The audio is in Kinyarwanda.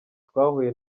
twahuye